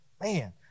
Man